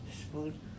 spoon